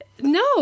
No